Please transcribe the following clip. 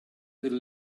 del